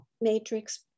matrix